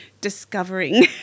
discovering